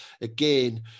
again